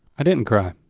i didn't cry.